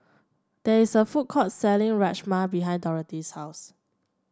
there is a food court selling Rajma behind Dorothy's house